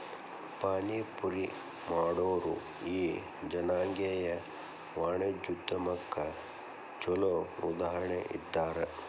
ಪಾನಿಪುರಿ ಮಾಡೊರು ಈ ಜನಾಂಗೇಯ ವಾಣಿಜ್ಯೊದ್ಯಮಕ್ಕ ಛೊಲೊ ಉದಾಹರಣಿ ಇದ್ದಾರ